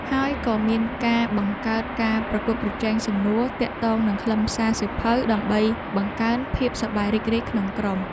ហើយក៏មានការបង្កើតការប្រកួតប្រជែងសំណួរទាក់ទងនឹងខ្លឹមសារសៀវភៅ ដើម្បីបង្កើនភាពសប្បាយរីករាយក្នុងក្រុម។